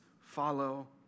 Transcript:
follow